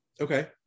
Okay